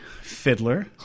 Fiddler